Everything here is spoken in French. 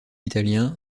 italien